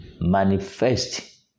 manifest